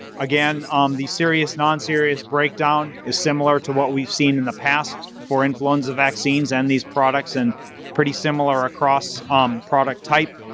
again, um the serious, non-serious breakdown is similar to what we've seen in the past for influenza vaccines and these products, and pretty similar across product type.